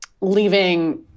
leaving